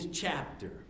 chapter